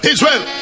Israel